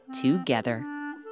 together